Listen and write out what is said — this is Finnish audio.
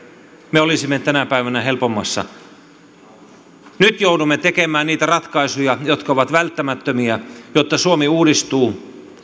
me olisimme tänä päivänä helpommassa tilanteessa nyt joudumme tekemään niitä ratkaisuja jotka ovat välttämättömiä jotta suomi uudistuu